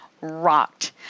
rocked